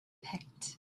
picked